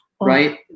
right